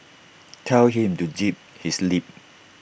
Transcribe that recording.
tell him to zip his lip